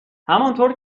همانطور